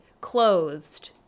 closed